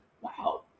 wow